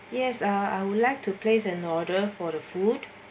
yes I would like to place an order for the food